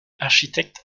architecte